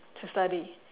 to study